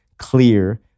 clear